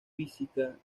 física